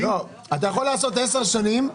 אתה יכול לעשות 10 שנים,